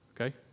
Okay